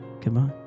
Goodbye